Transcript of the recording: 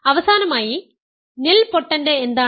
അവസാനമായി നിൽപോട്ടൻറ് എന്താണ്